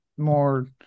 more